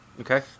Okay